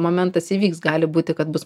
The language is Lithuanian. momentas įvyks gali būti kad bus